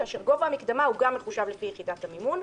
כאשר גובה המקדמה גם מחושב לפי יחידת המימון,